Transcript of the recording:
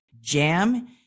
jam